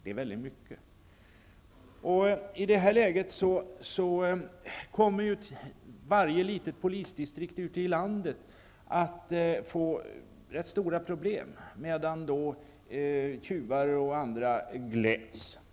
Det är väldigt mycket. I det här läget kommer varje litet polisdistrikt ute i landet att få stora problem, medan tjuvar och andra gläds.